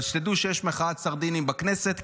אבל שתדעו שיש מחאה סרדינים בכנסת,